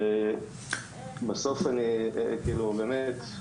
אנחנו מנסים להגיע לכמה שיותר קהל ולשבור את הסטיגמות.